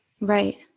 Right